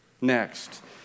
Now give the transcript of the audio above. Next